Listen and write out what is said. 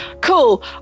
cool